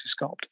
sculpt